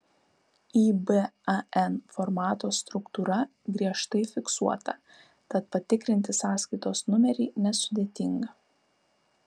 iban formato struktūra griežtai fiksuota tad patikrinti sąskaitos numerį nesudėtinga